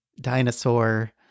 dinosaur